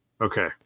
Okay